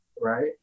right